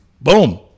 Boom